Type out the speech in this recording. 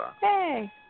Hey